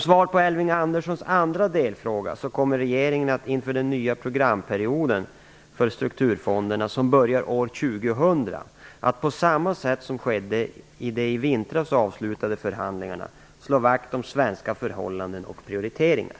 Svaret på Elving Anderssons andra delfråga är att regeringen inför den nya programperioden för strukturfonderna som börjar år 2000 att, på samma sätt som skedde i de i vintras avslutade förhandlingarna, slå vakt om svenska förhållanden och prioriteringar.